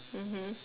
mmhmm